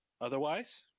Otherwise